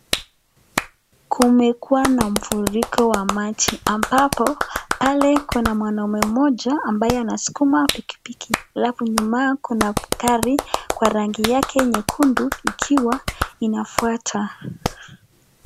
Kumekuwa na mfururiko wa maji, ambapo pale kuna mwanaume mmoja ambaye anaskuma pikipiki alafu nyuma kuna gari kwa rangi yake nyekundu ikiwa inafwata.